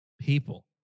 people